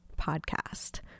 podcast